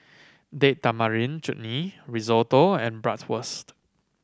Date Tamarind Chutney Risotto and Bratwurst